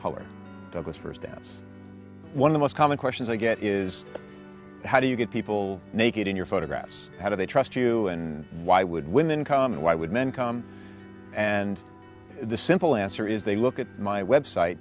stamps one of the most common questions i get is how do you get people naked in your photographs how do they trust you and why would women come and why would men come and the simple answer is they look at my website